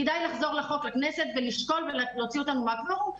כדאי לחזור לכנסת ולשקול ולהוציא אותנו מהקוורום.